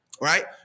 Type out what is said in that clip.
Right